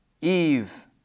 Eve